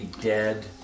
dead